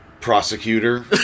Prosecutor